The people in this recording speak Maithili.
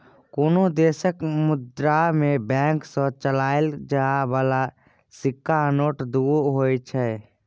कुनु देशक मुद्रा मे बैंक सँ चलाएल जाइ बला सिक्का आ नोट दुओ होइ छै